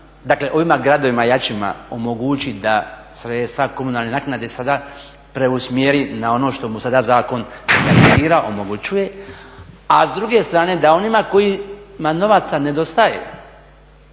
dakle ovim gradovima jačima omogući da sredstva komunalne naknade sada preusmjeri na ono što mu sada zakon omogućava a s druge strane da onima kojima novaca nedostaje